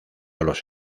los